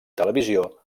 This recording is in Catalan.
televisió